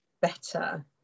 better